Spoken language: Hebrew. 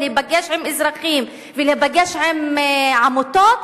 ולהיפגש עם אזרחים ולהיפגש עם עמותות?